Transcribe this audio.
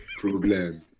Problem